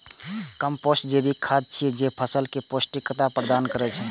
compost जैविक खाद छियै, जे फसल कें पौष्टिकता प्रदान करै छै